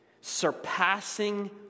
Surpassing